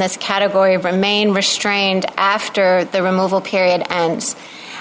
this category remain restrained after the removal period and